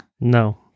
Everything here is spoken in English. No